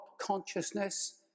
consciousness